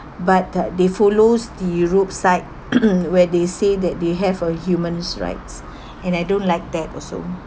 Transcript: but uh they follows the erode side where they say that they have a humans rights and I don't like that also